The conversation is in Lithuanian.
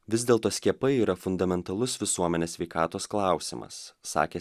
vis dėlto skiepai yra fundamentalus visuomenės sveikatos klausimas sakė